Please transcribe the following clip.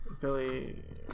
Billy